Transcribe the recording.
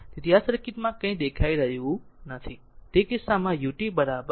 તેથી સર્કિટમાં કંઇ દેખાઈ રહ્યું નથી તેથી તે કિસ્સામાં ut 0